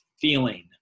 feeling